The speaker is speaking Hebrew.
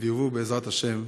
ויובאו, בעזרת השם,